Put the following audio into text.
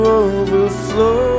overflow